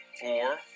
four